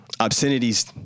obscenities